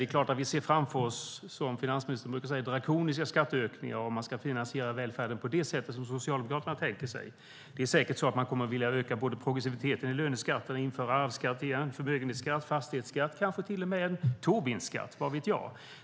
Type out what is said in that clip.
Vi ser naturligtvis framför oss drakoniska skatteökningar, som finansministern brukar säga, om man ska finansiera välfärden på det sätt som Socialdemokraterna tänker sig. Man kommer säkert att vilja öka progressiviteten i löneskatterna, och införa arvskatt, förmögenhetsskatt och fastighetsskatt igen - kanske till och med en tobinskatt, vad vet jag?